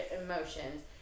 emotions